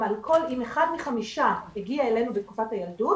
אם אחד מחמישה הגיע אלינו בתקופת הילדות,